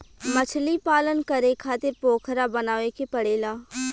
मछलीपालन करे खातिर पोखरा बनावे के पड़ेला